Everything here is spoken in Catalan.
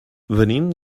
venim